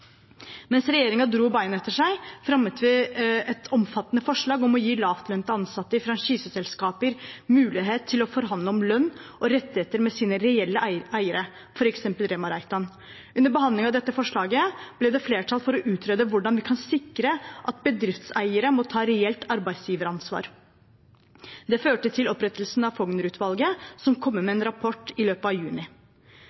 Mens regjeringen dro beinet etter seg, fremmet vi et omfattende forslag om å gi lavtlønte ansatte i franchiseselskaper mulighet til å forhandle om lønn og rettigheter med sine reelle eiere, f.eks. Rema-Reitan. Under behandlingen av dette forslaget ble det flertall for å utrede hvordan vi kan sikre at bedriftseiere må ta reelt arbeidsgiveransvar. Det førte til opprettelsen av Fougner-utvalget, som kommer med